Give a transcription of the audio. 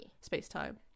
space-time